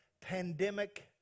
pandemic